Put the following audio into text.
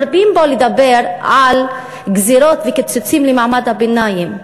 מרבים פה לדבר על גזירות וקיצוצים למעמד הביניים,